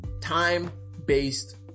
time-based